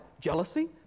jealousy